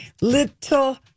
little